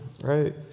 right